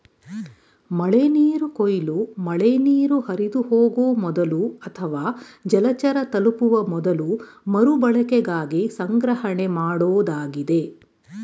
ಮಳೆನೀರು ಕೊಯ್ಲು ಮಳೆನೀರು ಹರಿದುಹೋಗೊ ಮೊದಲು ಅಥವಾ ಜಲಚರ ತಲುಪುವ ಮೊದಲು ಮರುಬಳಕೆಗಾಗಿ ಸಂಗ್ರಹಣೆಮಾಡೋದಾಗಿದೆ